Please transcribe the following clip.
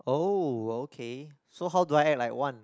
oh okay so how do I act like one